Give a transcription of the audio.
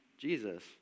Jesus